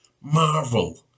marvel